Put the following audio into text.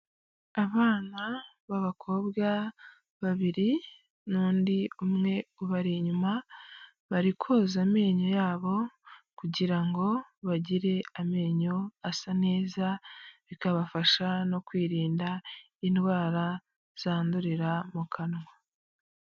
Abana b'abakobwa babiri, n'undi umwe, ubari inyuma bari koza amenyo yabo kugira ngo bagire amenyo asa neza bikabafasha no kwirinda indwara zandurira mu kanwa.